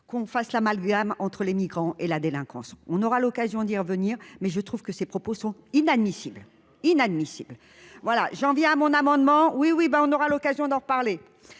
qu'on fasse l'amalgame entre les migrants et la délinquance, on aura l'occasion d'y revenir, mais je trouve que ses propos sont inadmissible, inadmissible. Voilà, j'en viens à mon amendement, oui, oui, ben, on aura l'occasion d'en reparler